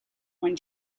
when